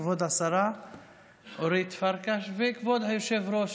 כבוד השרה אורית פרקש וכבוד היושב-ראש,